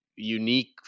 unique